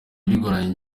bigoranye